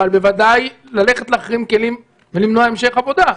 אבל בוודאי שצריך ללכת להחרים כלים ולמנוע המשך עבודה.